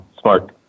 smart